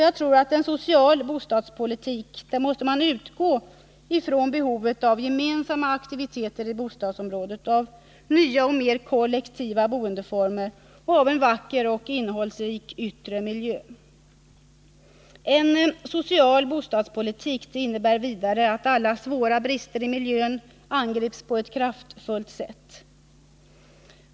Jag tror att en social bostadspolitik måste utgå från behovet av gemensamma aktiviteter i bostadsområdet, av nya och mer kollektiva boendeformer och av en vacker och innehållsrik yttre miljö. En social bostadspolitik innebär vidare att alla svåra brister i miljön angrips på ett kraftfullt sätt.